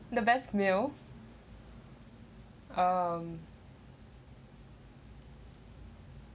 the best meal um